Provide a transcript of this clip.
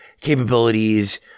capabilities